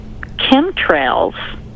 chemtrails